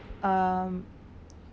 um